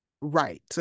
right